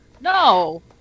No